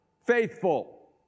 faithful